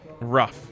Rough